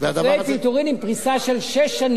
פיצויי פיטורין עם פריסה של שש שנים.